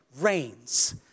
reigns